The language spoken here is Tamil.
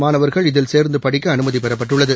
மாணவாகள் இதில் சேர்ந்து படிக்க அனுமதி பெறப்பட்டுள்ளது